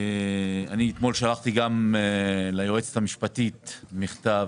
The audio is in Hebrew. אתמול אני שלחתי גם ליועצת המשפטית מכתב,